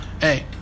hey